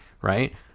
right